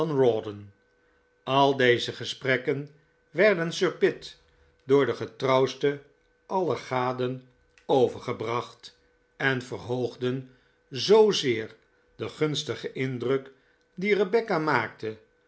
al deze gesprekken werden sir pitt door de getrouwste aller gaden overgebracht en verhoogden zoozeer den gunstigen indruk die rebecca maakte